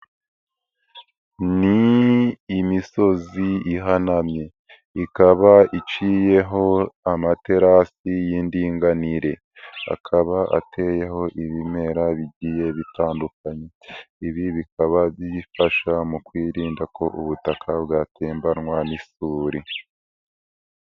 Ni imisozi ihanamye. Ikaba iciyeho amaterasi y'indinganire. Akaba ateyeho ibimera bigiye bitandukanye. Ibi bikaba bifasha mu kwirinda ko ubutaka bwatembanwa n'isuri.